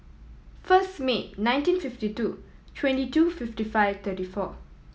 first May nineteen fifty two twenty two fifty five thirty four